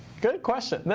good question.